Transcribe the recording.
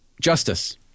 Justice